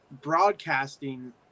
broadcasting